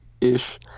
ish